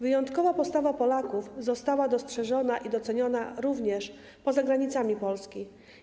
Wyjątkowa postawa Polaków została dostrzeżona i doceniona również poza zagranicami Polski.